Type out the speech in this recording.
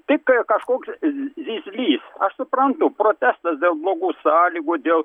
tik kažkoks z zyzlys aš suprantu protestas dėl blogų sąlygų dėl